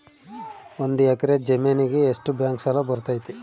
ಒಂದು ಎಕರೆ ಜಮೇನಿಗೆ ಎಷ್ಟು ಬ್ಯಾಂಕ್ ಸಾಲ ಬರ್ತೈತೆ?